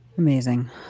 Amazing